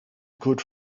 good